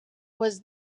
was